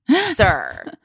sir